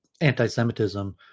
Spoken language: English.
anti-Semitism